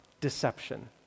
deception